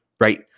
Right